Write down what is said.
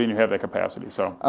have the capacity, so.